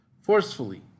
forcefully